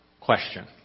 question